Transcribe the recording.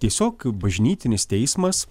tiesiog bažnytinis teismas